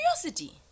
Curiosity